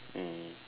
mm